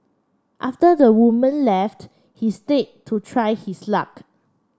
after the woman left he stayed to try his luck